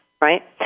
Right